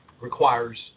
requires